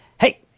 Hey